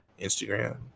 Instagram